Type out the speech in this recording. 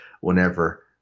whenever